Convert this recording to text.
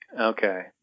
Okay